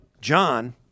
John